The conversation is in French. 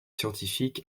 scientifique